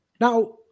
Now